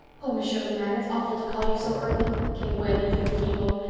oh, miss shirley, ma'am, it's awful to call you so early, came wailing through the keyhole,